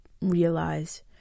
realize